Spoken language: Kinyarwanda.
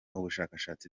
ubushashatsi